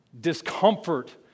discomfort